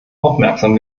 aufmerksam